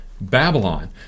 Babylon